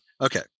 okay